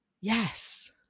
Yes